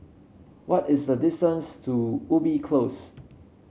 what is the distance to Ubi Close